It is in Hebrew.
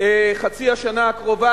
חצי השנה הקרובה,